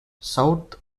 south